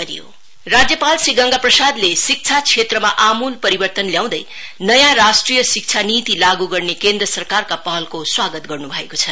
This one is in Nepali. गर्भनर एडुकेशन पोलिसी राज्यपाल श्री गंगा प्रसादले शिक्षा क्षेत्रमा आमुल परिवर्तन ल्याउँदै नयाँ राष्ट्रिय शिक्षा नीति लागु गर्ने केन्द्र सरकारका पहलको स्वागत गर्नु भएको छ